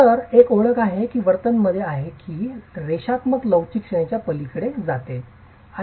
तर एक ओळख आहे वर्तन मध्ये आहे की रेषात्मक लवचिक श्रेणीच्या पलीकडे जाते